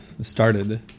started